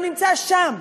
הוא נמצא שם.